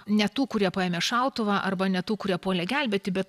ne tų kurie paėmė šautuvą arba ne tų kurie puolė gelbėti bet